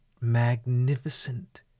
magnificent